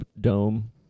dome